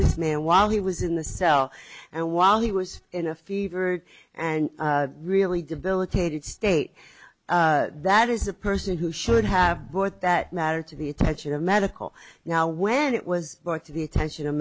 this man while he was in the cell and while he was in a fevered and really debilitated state that is a person who should have brought that matter to the attention of medical now when it was back to the attention of